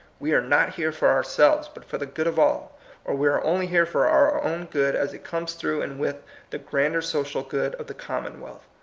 we are not here for our selves, but for the good of all or we are only here for our own good as it comes through and with the grander social good of the commonwealth.